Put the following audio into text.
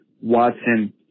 Watson